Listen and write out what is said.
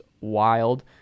wild